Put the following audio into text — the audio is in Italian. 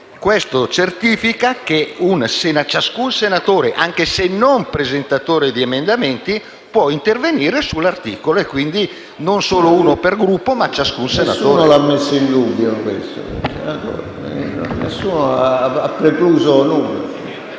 Questo certifica che ciascun senatore, anche se non presentatore di emendamenti, può intervenire sull'articolo, quindi non solo uno per Gruppo. PRESIDENTE. Nessuno ha messo in dubbio questo, senatore Calderoli, né ha precluso